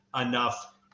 enough